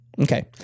Okay